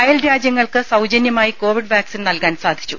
അയൽരാജ്യങ്ങൾക്ക് സൌജന്യമായി Covid vaccine നൽകാൻ സാധിച്ചു